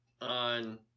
on